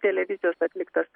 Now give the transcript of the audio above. televizijos atliktas